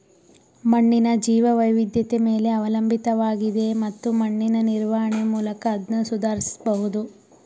ಮಣ್ಣಿನ ಜೀವವೈವಿಧ್ಯತೆ ಮೇಲೆ ಅವಲಂಬಿತವಾಗಿದೆ ಮತ್ತು ಮಣ್ಣಿನ ನಿರ್ವಹಣೆ ಮೂಲಕ ಅದ್ನ ಸುಧಾರಿಸ್ಬಹುದು